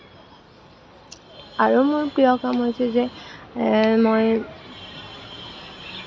আৰু মোৰ মই প্ৰিয় কাম হৈছে যে মই